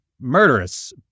murderous